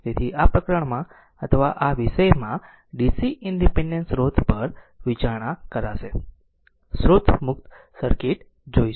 તેથી આ પ્રકરણમાં અથવા આ વિષયમાં DC ઇનડીપેનડેન્ટ સ્રોત પર વિચારણા કરશે સ્રોત મુક્ત સર્કિટ જોઈશું